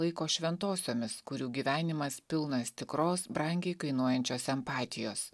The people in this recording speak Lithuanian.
laiko šventosiomis kurių gyvenimas pilnas tikros brangiai kainuojančios empatijos